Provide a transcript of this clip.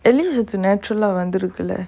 at least it's natural ah வந்திருக்கு:vanthirukku lah